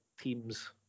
teams